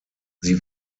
sie